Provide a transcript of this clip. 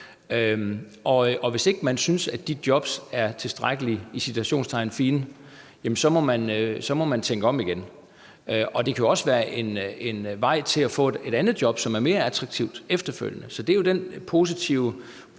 Og hvis ikke man synes, at de jobs er tilstrækkelig, i citationstegn, fine, så må man tænke om igen. Det kan jo også være en vej til efterfølgende at få et andet job, som er mere attraktivt. Det er jo den positive